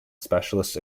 specialist